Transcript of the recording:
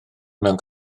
mewn